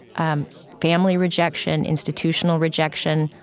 um family rejection, institutional rejection,